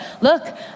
look